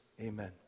amen